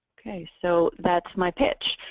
so that's my pitch.